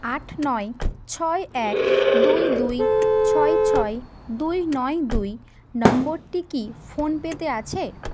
আট নয় ছয় এক দুই দুই ছয় ছয় দুই নয় দুই নম্বরটি কি ফোনপে তে আছে